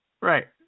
Right